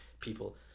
people